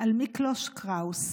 על מיקלוש קראוס.